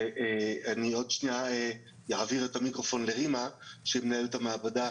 אני עוד שנייה אעביר את המיקרופון לרימה שהיא מנהלת המעבדה